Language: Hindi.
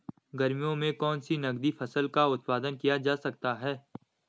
गर्मियों में कौन सी नगदी फसल का उत्पादन किया जा सकता है?